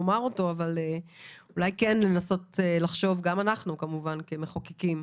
אולי כן לנסות לחשוב, גם אנחנו כמחוקקים,